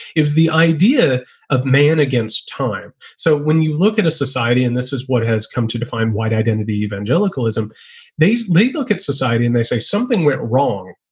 the idea of man against time. so when you look at a society and this is what has come to define white identity, evangelicalism, days later, look at society and they say something went wrong.